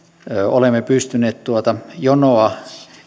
olemme pystyneet tuota jonoa